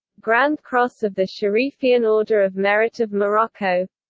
grand cross of the sharifian order of merit of morocco